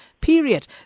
period